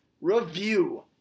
review